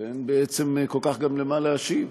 ואין בעצם כל כך למה להשיב.